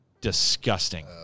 Disgusting